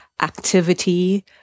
activity